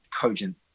cogent